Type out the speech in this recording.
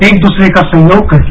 एक दूसरे का सहयोग करके